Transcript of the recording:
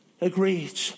agreed